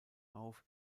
auf